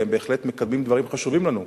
והם בהחלט מקדמים דברים שחשובים לנו,